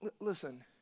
listen